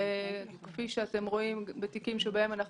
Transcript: כפי שאתם רואים בתיקים שאנחנו